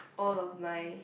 all of my